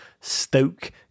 Stoke